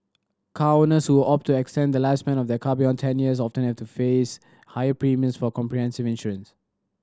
car owners who opt to extend the lifespan of their car beyond ten years often have to face higher premiums for comprehensive insurance